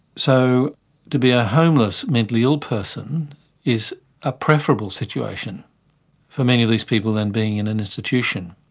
so to be a homeless mentally ill person is a preferable situation for many of these people than being in an institution.